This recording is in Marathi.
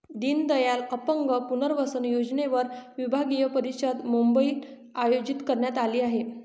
दीनदयाल अपंग पुनर्वसन योजनेवर विभागीय परिषद मुंबईत आयोजित करण्यात आली आहे